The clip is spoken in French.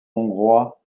hongrois